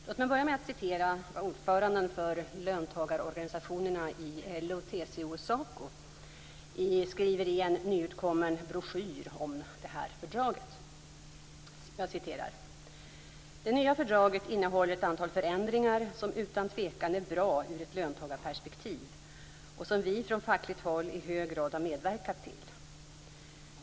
Låt mig börja med att citera vad ordförandena för löntagarorganisationerna LO, TCO och SACO skriver i en nyutkommen broschyr om Amsterdamfördraget: "Det nya fördraget innehåller ett antal förändringar som utan tvekan är bra ur ett löntagarperspektiv och som vi från fackligt håll i hög grad har medverkat till.